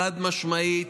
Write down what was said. חד-משמעית,